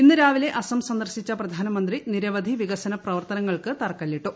ഇന്ന് രാവിലെ അസം സന്ദർശിച്ച പ്രധാനമന്ത്രി നിരവധി വികസന പ്രവർത്തനങ്ങൾക്ക് തറക്കല്ലിട്ടു